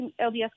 lds